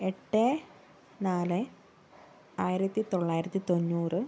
എട്ട് നാല് ആയിരത്തിത്തൊള്ളായിരത്തി തൊണ്ണൂറ്